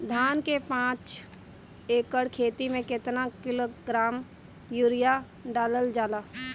धान के पाँच एकड़ खेती में केतना किलोग्राम यूरिया डालल जाला?